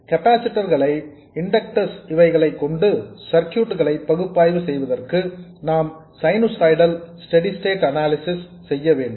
capacitors inductors இவைகளை கொண்ட circuit களை பகுப்பாய்வு செய்வதற்கு நாம் சைனுசாய்டல் ஸ்டெடி ஸ்டேட் அனாலிசிஸ் செய்ய வேண்டும்